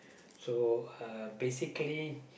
so uh basically